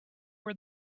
were